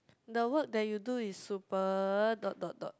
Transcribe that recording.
the work that you do is super dot dot dot